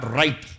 right